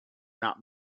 not